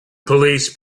police